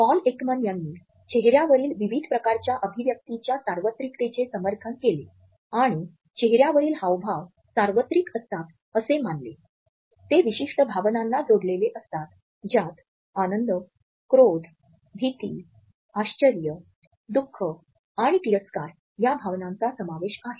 Paul Ekman यांनी चेहऱ्यावरील विविध प्रकारच्या अभिव्यक्तिच्या सार्वत्रिकतेचे समर्थन केले आणि चेहऱ्यावरील हावभाव सार्वत्रिक असतात असे मानले ते विशिष्ट भावनांना जोडलेले असतात ज्यात आनंद क्रोध भीती आश्चर्य दुख आणि तिरस्कार या भावनांचा समावेश आहे